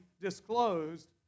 disclosed